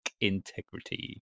integrity